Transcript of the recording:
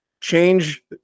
change